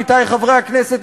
עמיתי חברי הכנסת,